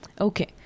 Okay